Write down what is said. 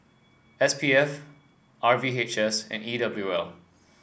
S P F R V H S and E W L